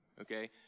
Okay